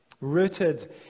rooted